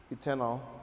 Eternal